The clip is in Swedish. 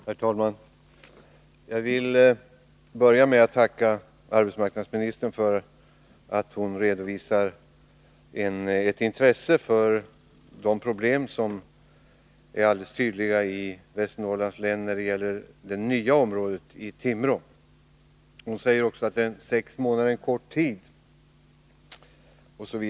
Herr talman! Jag vill börja med att tacka arbetsmarknadsministern för att hon redovisar ett intresse för de problem som är alldeles tydliga i Västernorrlands län när det gäller det nya området Timrå. Hon säger också att sex månader är en kort tid.